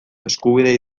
eskubidea